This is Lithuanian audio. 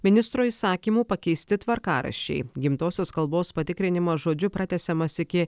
ministro įsakymu pakeisti tvarkaraščiai gimtosios kalbos patikrinimas žodžiu pratęsiamas iki